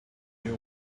you